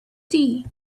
tea